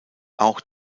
auch